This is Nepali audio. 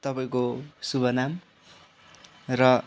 तपाईँको शुभ नाम र